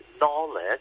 knowledge